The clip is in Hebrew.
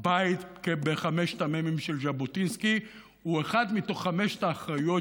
בית בחמשת המ"מים של ז'בוטינסקי הוא אחד מתוך חמש האחריויות